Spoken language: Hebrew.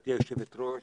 גברתי היושבת ראש,